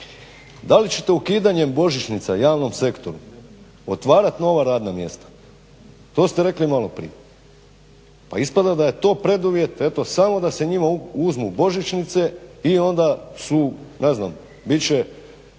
Da li ćete ukidanjem božićnica javnom sektoru otvarati nova radna mjesta? To ste rekli maloprije. Pa ispada da je to preduvjet samo da se njima uzmu božićnice i onda su, ne znam bit će